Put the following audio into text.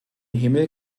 himmel